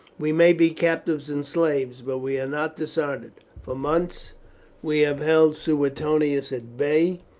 we may be captives and slaves, but we are not dishonoured. for months we have held suetonius at bay,